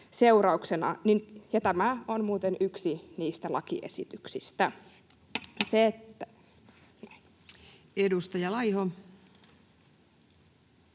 tämä on muuten yksi niistä lakiesityksistä. [Puhemies